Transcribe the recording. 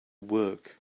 work